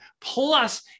plus